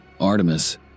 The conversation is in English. Artemis